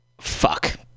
fuck